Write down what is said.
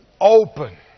Open